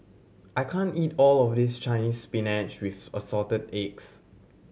I can't eat all of this Chinese Spinach with Assorted Eggs